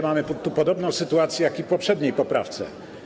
Mamy tu podobną sytuację jak przy poprzedniej poprawce.